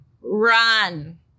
run